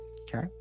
okay